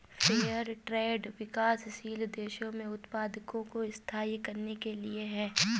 fair trade विकासशील देशों में उत्पादकों को स्थायी करने के लिए है